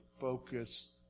focus